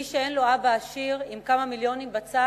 מי שאין לו אבא עשיר, עם כמה מיליונים בצד,